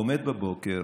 עומד בבוקר